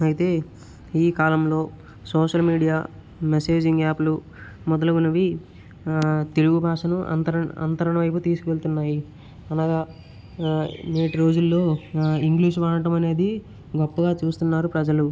అయితే ఈ కాలంలో సోషల్ మీడియా మెసేజింగ్ యాపులు మొదలుగునవి తెలుగు భాషను అంతరణ వైపు తీసుకు వెళుతున్నాయి అనగా నేటి రోజుల్లో ఇంగ్లీష్ వాడటం అనేది గొప్పగా చూస్తున్నారు ప్రజలు